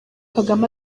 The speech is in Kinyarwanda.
kagame